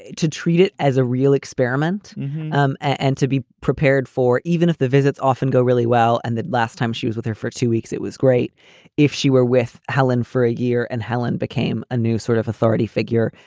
to treat it as a real experiment um and to be prepared for even if the visits often go really well. and that last time she was with her for two weeks, it was great if she were with helen for a year and helen became a new sort of authority figure.